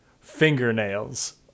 fingernails